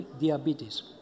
diabetes